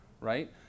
right